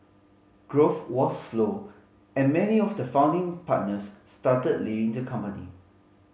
growth was slow and many of the founding partners started leaving the company